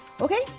okay